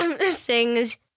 sings